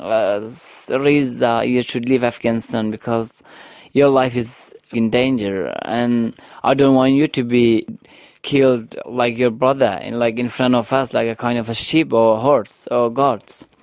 ah reza, you should leave afghanistan because your life is in danger, and i don't want you to be killed like your brother, and like in front of us, like a kind of a sheep or a horse or goats.